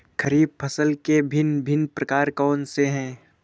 खरीब फसल के भिन भिन प्रकार कौन से हैं?